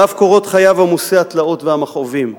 על אף קורות חייו עמוסי התלאות והמכאובים,